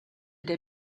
der